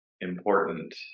important